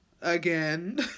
again